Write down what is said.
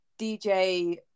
dj